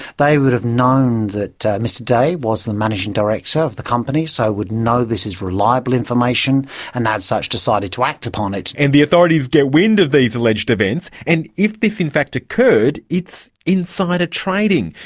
they would've known that mr day was the managing director of the company, so would know this is reliable information and as such decided to act upon it. and the authorities get wind of these alleged events, and if this in fact occurred, it's insider trading.